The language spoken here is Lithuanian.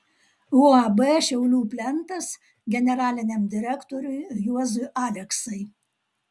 uab šiaulių plentas generaliniam direktoriui juozui aleksai